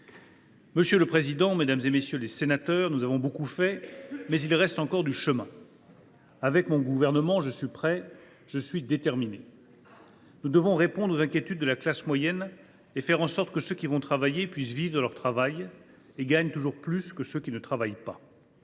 Madame la présidente, mesdames, messieurs les députés, nous avons beaucoup fait, mais il reste encore du chemin. Aussi, avec mon gouvernement, je suis prêt et déterminé. « Nous devons répondre aux inquiétudes de la classe moyenne et faire en sorte que ceux qui vont travailler puissent vivre de leur travail et gagnent toujours plus que ceux qui ne travaillent pas.